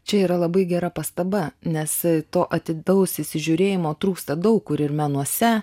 čia yra labai gera pastaba nes to atidaus įsižiūrėjimo trūksta daug kur ir menuose